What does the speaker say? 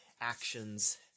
actions